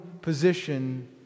position